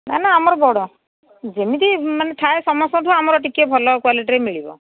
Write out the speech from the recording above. ନା ନା ଆମର ବଡ଼ ଯେମିତି ମାନେ ଥାଏ ସମସ୍ତ ଠୁ ଆମର ଟିକେ ଭଲ କ୍ୱାଲିଟିରେ ମିଳିବ